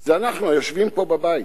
זה אנחנו, היושבים פה בבית.